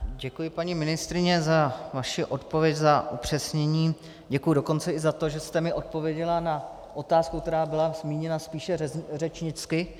Děkuji, paní ministryně, za vaši odpověď, za upřesnění, děkuji dokonce i za to, že jste mi odpověděla na otázku, která byla zmíněna spíše řečnicky.